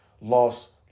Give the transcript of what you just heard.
lost